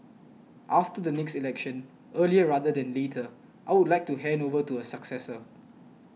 after the next election earlier rather than later I would like to hand over to a successor